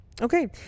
okay